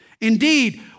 Indeed